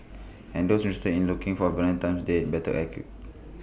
and those interested in looking for A Valentine's date better act queue